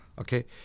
Okay